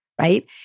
Right